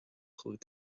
cúig